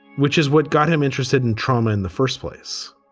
which is what got him interested in trauma in the first place.